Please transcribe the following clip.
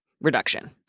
reduction